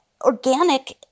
organic